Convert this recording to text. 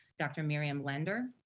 dr. miriam lender,